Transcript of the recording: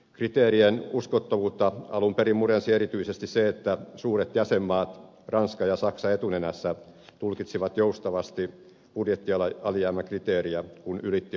kriteerien uskottavuutta alun perin murensi erityisesti se että suuret jäsenmaat ranska ja saksa etunenässä tulkitsivat joustavasti budjettialijäämäkriteeriä kun ylittivät sen